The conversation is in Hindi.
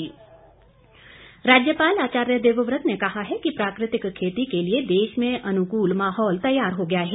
राज्यपाल राज्यपाल आचार्य देवव्रत ने कहा है कि प्राकृतिक खेती के लिए देश में अनुकूल माहौल तैयार हो गया है